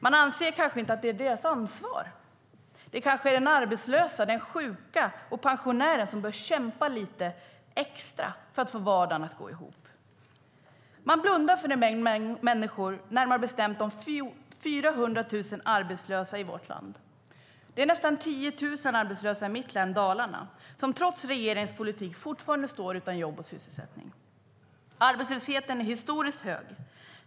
De anser kanske inte att det är deras ansvar. Det är kanske den arbetslöse, den sjuke och pensionären som bör kämpa lite extra för att få vardagen att gå ihop. De blundar för en mängd människor, närmare bestämt de 400 000 arbetslösa i vårt land. Det är nästan 10 000 arbetslösa i mitt län Dalarna som trots regeringens politik fortfarande står utan jobb och sysselsättning. Arbetslösheten är historiskt hög.